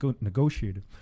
negotiated